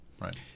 Right